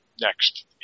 next